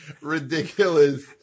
ridiculous